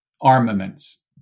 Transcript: armaments